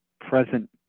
present